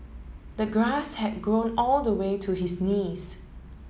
the grass had grown all the way to his knees